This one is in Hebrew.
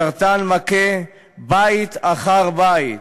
הסרטן מכה בית אחר בית.